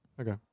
Okay